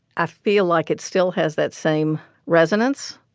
i feel like it still has that same resonance,